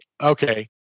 Okay